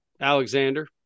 Alexander